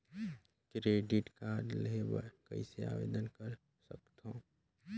Credit card लेहे बर कइसे आवेदन कर सकथव?